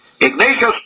Ignatius